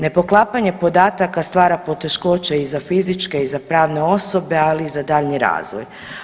Ne poklapanje podataka stvara poteškoće i za fizičke i za prave osobe ali i za daljnji razvoj.